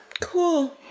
Cool